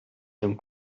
dem